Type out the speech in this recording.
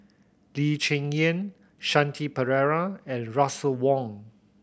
Lee Cheng Yan Shanti Pereira and Russel Wong